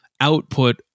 output